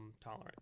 tolerant